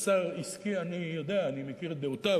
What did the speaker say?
אני מכיר את דעות השר,